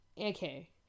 Okay